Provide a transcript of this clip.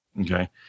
Okay